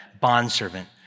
bondservant